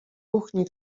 kuchni